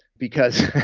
because